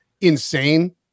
insane